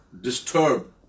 disturb